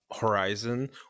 Horizon